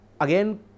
again